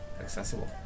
accessible